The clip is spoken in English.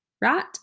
Right